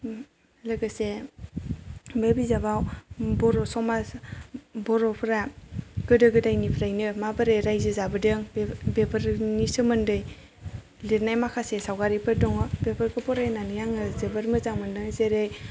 लोगोसे बे बिजाबाव बर' समाज बर'फोरा गोदो गोदायनिफ्रायनो माबोरै रायजो जाबोदों बे बेफोरनि सोमोन्दै लिरनाय माखासे सावगारिफोर दङ बेफोरखौ फरायनानै आङो जोबोद मोजां मोनदों जेरै